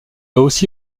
aussi